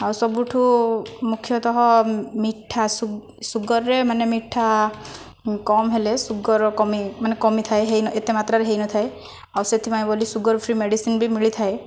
ଆଉ ସବୁଠୁ ମୁଖ୍ୟତଃ ମିଠା ସୁଗାରରେ ମାନେ ମିଠା କମ୍ ହେଲେ ସୁଗାର କମି ମାନେ କମିଥାଏ ଏତେ ମାତ୍ରାରେ ହୋଇନଥାଏ ଆଉ ସେଥିପାଇଁ ବୋଲି ସୁଗାର ଫ୍ରି ମେଡିସିନ୍ ବି ମିଳିଥାଏ